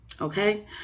okay